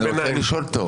אני רוצה לשאול אותו.